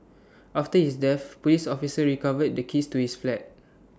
after his death Police officers recovered the keys to his flat